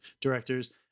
directors